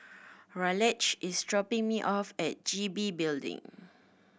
Raleigh is dropping me off at G B Building